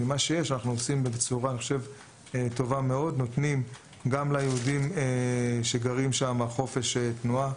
ועם מה שיש אנחנו נותנים גם ליהודים שגרים שם חופש תנועה,